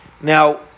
Now